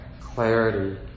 clarity